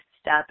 step